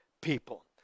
people